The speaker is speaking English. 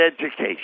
education